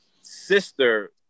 sister